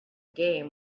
game